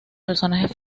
personajes